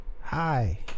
hi